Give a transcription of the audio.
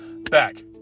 back